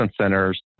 centers